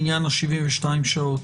בעניין 72 השעות?